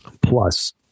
plus